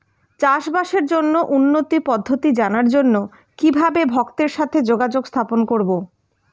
চাষবাসের জন্য উন্নতি পদ্ধতি জানার জন্য কিভাবে ভক্তের সাথে যোগাযোগ স্থাপন করব?